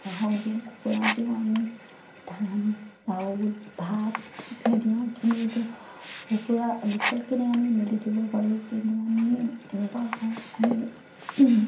হাঁহক দিওঁ কুকুৰাক দিওঁ আমি ধান চাউল ভাত দিওঁ কিন্তু এতিয়া কুকুৰা লোকেলখিনিক আমি মেলি দিব পাৰোঁ কিন্তু আমি এনেকুৱা হয় আমি